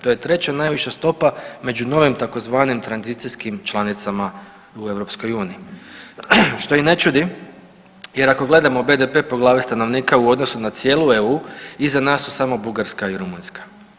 To je 3. najviša stopa među novim tzv. tranzicijskim članicama u Europskoj uniji što i ne čudi jer ako gledamo BDP-e po glavi stanovnika u odnosu na cijelu EU iza nas su samo Bugarska i Rumunjska.